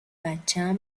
بچم